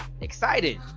excited